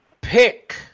pick